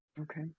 Okay